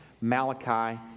Malachi